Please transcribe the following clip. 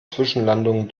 zwischenlandungen